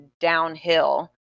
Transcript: downhill